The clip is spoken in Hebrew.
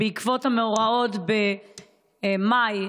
בעקבות המאורעות במאי,